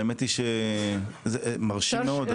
האמת היא שזה מרשים מאוד,